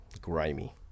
grimy